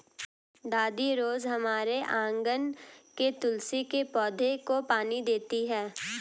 दादी रोज हमारे आँगन के तुलसी के पौधे को पानी देती हैं